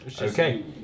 Okay